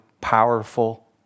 powerful